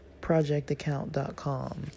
projectaccount.com